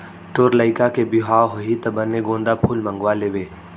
तोर लइका के बिहाव होही त बने गोंदा फूल मंगवा लेबे